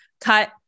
cut